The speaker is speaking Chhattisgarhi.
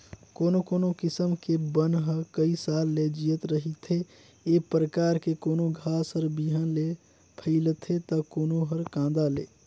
कोनो कोनो किसम के बन ह कइ साल ले जियत रहिथे, ए परकार के कोनो घास हर बिहन ले फइलथे त कोनो हर कांदा ले